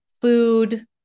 food